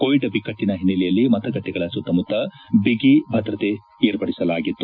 Covid ಬಿಕ್ಕಟ್ಟನ ಹಿನ್ನೆಲೆಯಲ್ಲಿ ಮತಗಟ್ಟೆಗಳ ಸುತ್ತಮುತ್ತ ವ್ಯಾಪಕ ಬಿಗಿ ಭದ್ರತೆ ಏರ್ಪಡಿಸಲಾಗಿತ್ತು